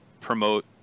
Promote